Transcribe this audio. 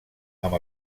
amb